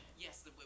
Yes